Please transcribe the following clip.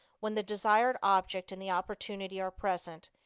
when the desired object and the opportunity are present,